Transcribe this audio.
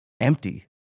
empty